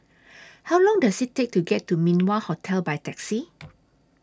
How Long Does IT Take to get to Min Wah Hotel By Taxi